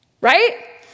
right